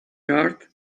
heart